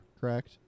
correct